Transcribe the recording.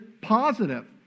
positive